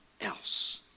else